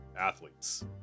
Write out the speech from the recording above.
athletes